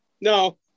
no